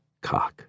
cock